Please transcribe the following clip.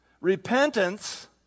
Repentance